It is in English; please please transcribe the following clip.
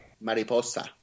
Mariposa